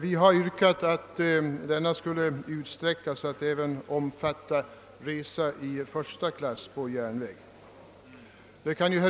Vi har yrkat att giltigheten skulle utsträckas att även avse rabatt vid resa i första klass på järnväg.